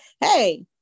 Hey